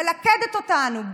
מלכדת אותנו.